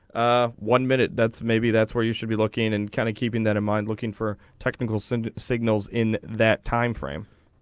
one minute that's maybe that's where you should be looking and kind of keeping that in mind looking for. technical send signals in that time frame.